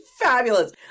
fabulous